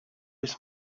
his